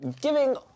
giving